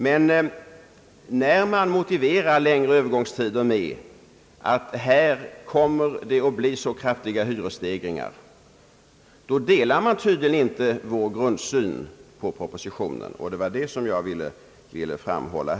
Men när man motiverar längre övergångstider med att det kommer att bli så kraftiga hyresstegringar, då delar man tydligen inte vår grundsyn på propositionen. Det var det jag ville framhålla.